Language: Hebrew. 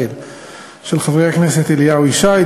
של חברי הכנסת אליהו ישי,